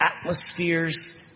atmospheres